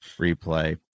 replay